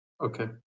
Okay